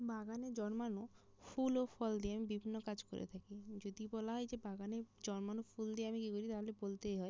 বাগানে জন্মানো ফুল ও ফল দিয়ে আমি বিভিন্ন কাজ করে থাকি যদি বলা হয় যে বাগানে জন্মানো ফুল দিয়ে আমি কী করি তাহলে বলতেই হয়